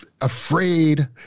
afraid